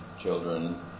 children